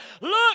look